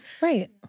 Right